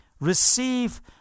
Receive